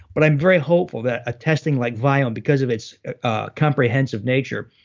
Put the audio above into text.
but i'm very hopeful that a testing like viome, because of its comprehensive nature,